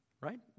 Right